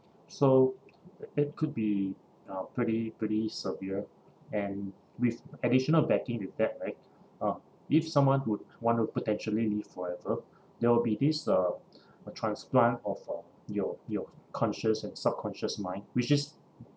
so it could be uh pretty pretty severe and with additional backing with that right uh if someone would want to potentially live forever there will be this uh transplant of uh your your conscious and subconscious mind which is